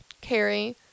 Carrie